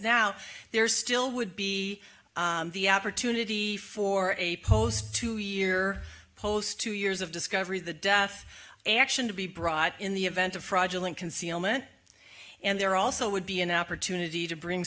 now there's still would be the opportunity for a post two year post two years of discovery the death action to be brought in the event of fraudulent concealment and there also would be an opportunity to bring